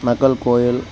Nakkal Koyal